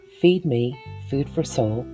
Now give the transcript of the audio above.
feedmefoodforsoul